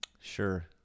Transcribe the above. Sure